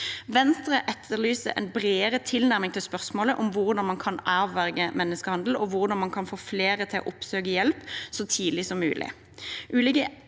Venstre etterlyser en bredere tilnærming til spørsmålet om hvordan man kan avverge menneskehandel, og hvordan man kan få flere til å oppsøke hjelp så tidlig som mulig.